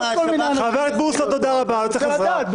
--- אני רוצה לדעת.